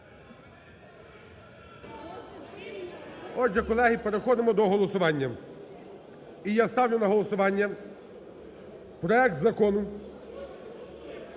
Отже, колеги, переходимо до голосування. І я ставлю на голосування проект Закону